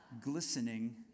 glistening